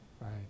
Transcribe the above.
right